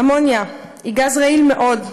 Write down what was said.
"אמוניה היא גז רעיל מאוד.